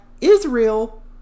Israel